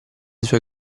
suoi